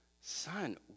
Son